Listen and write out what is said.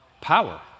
Power